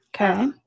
Okay